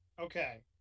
okay